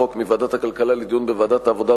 החוק מוועדת הכלכלה לדיון בוועדת העבודה,